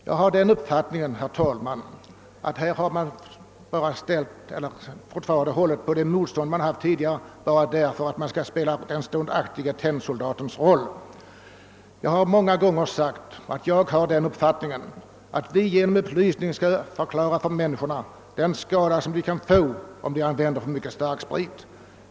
Jag hyser den uppfattningen, herr talman, att utskottet här står fast vid sitt tidigare motstånd bara för att få spela den ståndaktige tennsoldatens roll. Jag har många gånger förklarat att jag anser att vi genom upplysning skall klargöra för människorna den skada som de kan förorsakas om de använder för mycket starksprit.